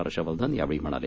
हर्षवर्धन यावेळी म्हणाले